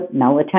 melatonin